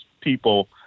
people